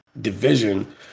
division